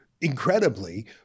incredibly